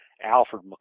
Alfred